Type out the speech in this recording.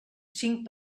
cinc